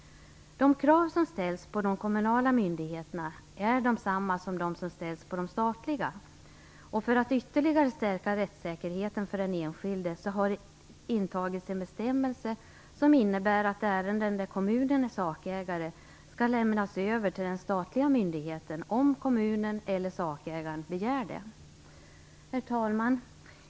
De krav som ställs på de kommunala myndigheterna är desamma som de som ställs på de statliga. För att ytterligare stärka rättssäkerheten för den enskilde har det intagits en bestämmelse som innebär att ärenden där kommunen är sakägare skall lämnas över till den statliga myndigheten om kommunen eller sakägaren begär det. Herr talman!